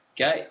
Okay